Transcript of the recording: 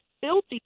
filthy